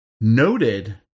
noted